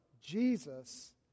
Jesus